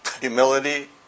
Humility